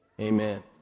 Amen